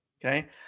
Okay